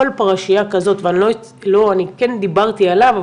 כל פרשייה כזאת ואני כן דיברתי עליו,